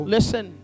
Listen